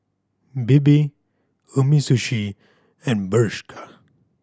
Bebe Umisushi and Bershka